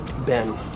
Ben